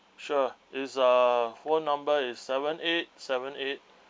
sure is uh phone number is seven eight seven eight